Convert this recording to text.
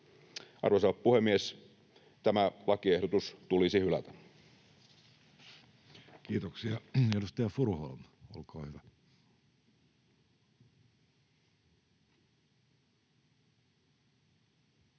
Arvoisa puhemies! Tämä lakiehdotus tulisi hylätä. Kiitoksia. — Edustaja Furuholm, olkaa hyvä. Arvoisa